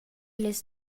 las